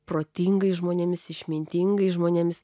protingais žmonėmis išmintingais žmonėmis